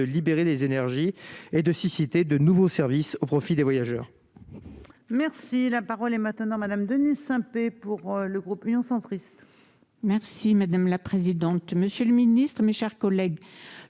de libérer les énergies et de susciter de nouveaux services au profit des voyageurs. Merci, la parole est maintenant madame Denise Saint-Pé pour le groupe Union centriste. Merci madame la présidente, monsieur le Ministre, mes chers collègues,